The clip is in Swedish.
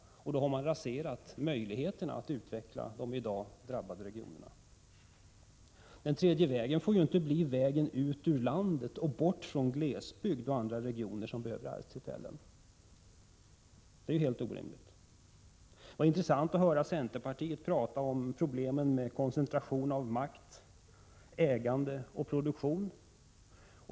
Då har man raserat möjligheterna att utveckla de i dag drabbade regionerna. Den tredje vägen får inte bli vägen ut ur landet och bort från glesbygd och andra regioner som behöver arbetstillfällen. Det är helt orimligt. Det var intressant att höra centerpartiets företrädare tala om problemen med koncentration av makt, ägande och produktion.